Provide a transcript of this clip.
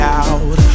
out